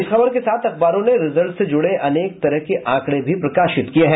इस खबर के साथ अखबारों ने रिजल्ट से जुड़े अनेक तरह के आंकड़े भी प्रकाशित किये हैं